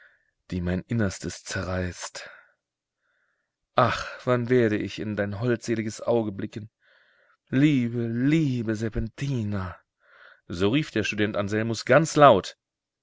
die mein innerstes zerreißt ach wann werde ich in dein holdseliges auge blicken liebe liebe serpentina so rief der student anselmus ganz laut